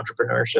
entrepreneurship